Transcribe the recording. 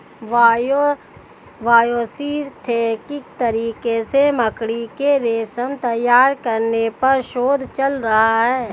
biosynthetic तरीके से मकड़ी के रेशम तैयार करने पर शोध चल रहा है